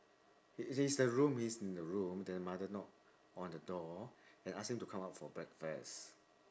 he's the room he's in room the mother knock on the door and ask him to come out for breakfast